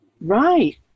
Right